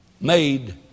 made